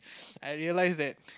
I realise that